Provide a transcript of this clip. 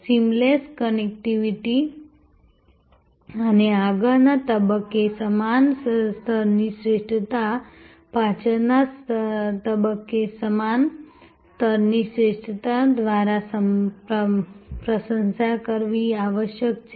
seamless connectivity અને આગળના તબક્કે સમાન સ્તરની શ્રેષ્ઠતા પાછળના તબક્કે સમાન સ્તરની શ્રેષ્ઠતા દ્વારા પ્રશંસા કરવી આવશ્યક છે